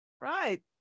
Right